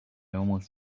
almost